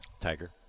Tiger